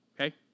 Okay